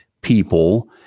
people